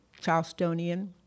Charlestonian